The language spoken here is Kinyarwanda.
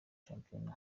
shampiyona